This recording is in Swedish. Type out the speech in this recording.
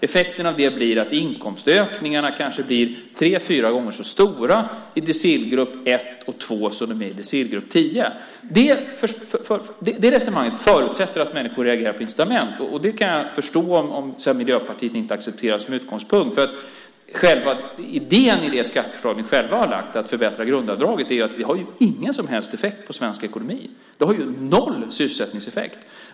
Effekten av det blir att inkomstökningar kanske blir tre fyra gånger så stora i decilgrupp 1 och 2 som de är i decilgrupp 10. Det resonemanget förutsätter att människor reagerar på incitament, och det kan jag förstå om Miljöpartiet inte accepterar som utgångspunkt. Själva idén i det skatteförslag ni själva har lagt fram, nämligen att förbättra grundavdraget, har ju ingen som helst effekt på svensk ekonomi. Det har noll sysselsättningseffekt.